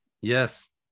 Yes